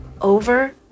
over